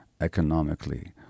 economically